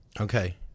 Okay